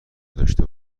داشته